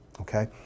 Okay